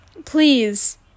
please